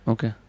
Okay